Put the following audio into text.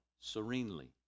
serenely